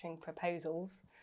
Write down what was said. proposals